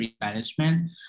management